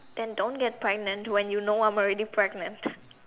then don't get pregnant when you know I am already pregnant